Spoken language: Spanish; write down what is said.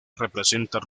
representan